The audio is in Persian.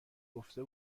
گفته